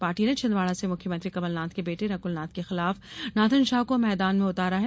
party ने छिदवाडा से मुख्यमंत्री कमलनाथ के बेटे नकुलनाथ के खिलाफ नाथन शाह को मैदान में उतारा है